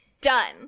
Done